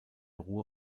ruhr